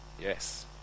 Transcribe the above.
Yes